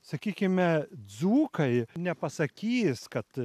sakykime dzūkai nepasakys kad